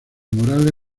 murales